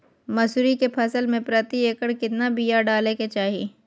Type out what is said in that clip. मसूरी के फसल में प्रति एकड़ केतना बिया डाले के चाही?